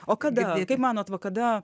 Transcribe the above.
o kada kaip manot va kada